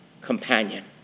companion